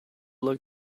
luck